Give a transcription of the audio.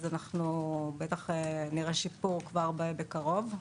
אנחנו בטח נראה שיפור כבר בקרוב.